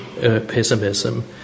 pessimism